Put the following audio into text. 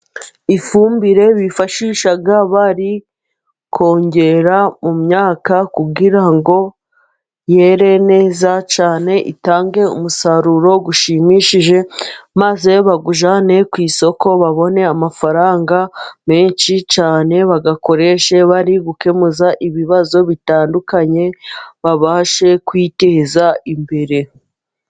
Ifumbire bifashisha bari kongera mu myaka, kugira ngo yere neza cyane, itange umusaruro ushimishije maze bawujyane ku isoko, babone amafaranga menshi cyane, bayakoreshe bari gukemuza ibibazo bitandukanye babashe kwiteza imbere.